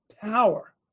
power